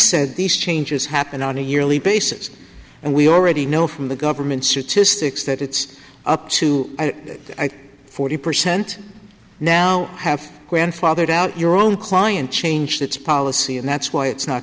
said these changes happen on a yearly basis and we already know from the government statistics that it's up to forty percent now have grandfathered out your own client changed its policy and that's why it's not